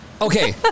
Okay